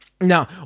Now